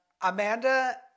Amanda